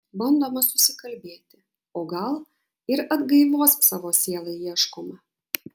bandoma susikalbėti o gal ir atgaivos savo sielai ieškoma